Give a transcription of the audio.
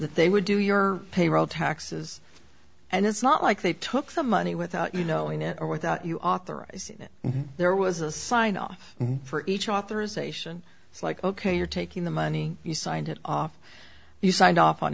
that they would do your payroll taxes and it's not like they took the money without you knowing it or without you authorized it there was a signed off for each authorization it's like ok you're taking the money you signed it off you signed off on